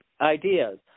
ideas